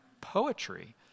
poetry